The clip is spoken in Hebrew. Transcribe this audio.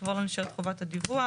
כבר לא נשארת חובת הדיווח.